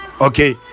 Okay